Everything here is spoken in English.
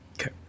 Okay